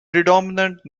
predominant